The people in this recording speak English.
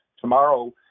Tomorrow